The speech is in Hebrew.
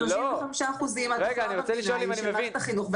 35% מהתחלואה במדינה היא של מערכת החינוך,